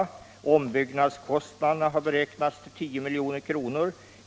Ombyggnadskostnaderna har beräknats till 10 miljoner kronor.